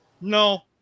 No